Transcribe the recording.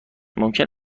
ممکن